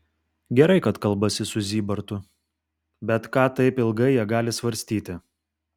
gerai kad kalbasi su zybartu bet ką taip ilgai jie gali svarstyti